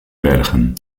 bergen